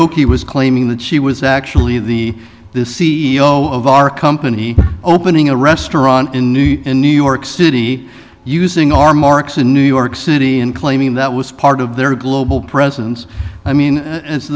okie was claiming that she was actually the this c e o of our company opening a restaurant in new york in new york city using our marks in new york city and claiming that was part of their global presence i mean